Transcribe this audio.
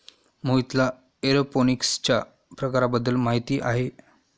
मोहितला एरोपोनिक्सच्या प्रकारांबद्दल माहिती आहे